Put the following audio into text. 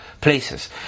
places